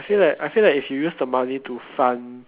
I feel that I feel that if you use the money to fund